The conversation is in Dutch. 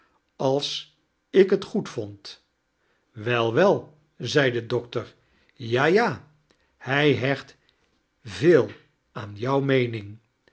als ik het goedvond wel wel zei de doctor ja ja hij hecht veel aan jou meening